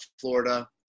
Florida